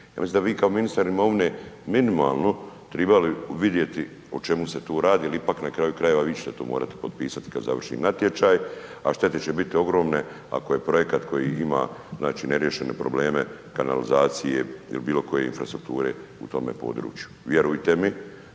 Ja mislim da bi vi kao ministar imovine minimalno trebali vidjeti o čemu se tu radi jer ipak na kraju krajeva vi ćete to morati potpisati kad završi natječaj a štete će biti ogromne ako je projekat koji ima znači neriješene probleme kanalizacije ili bilo koje infrastrukture u tome području. Vjerujte mi